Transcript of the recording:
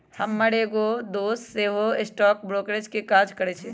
हमर एगो दोस सेहो स्टॉक ब्रोकर के काज करइ छइ